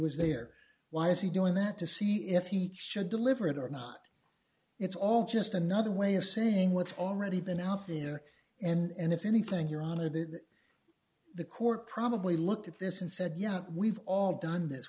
was there why is he doing that to see if he chewed delivered or not it's all just another way of saying what's already been out there and if anything your honor that the court probably looked at this and said yeah we've all done this